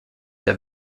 der